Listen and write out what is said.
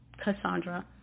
Cassandra